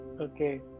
Okay